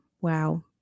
Wow